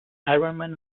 ironman